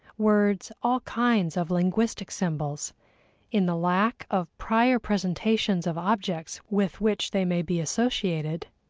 words, all kinds of linguistic symbols in the lack of prior presentations of objects with which they may be associated,